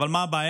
אבל מה הבעיה?